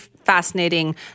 fascinating